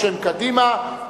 בשם קדימה,